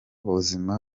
buzima